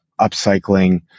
upcycling